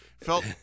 felt